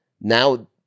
now